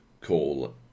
call